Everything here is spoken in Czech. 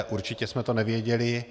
Určitě jsme to nevěděli.